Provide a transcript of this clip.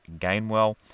Gainwell